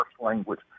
language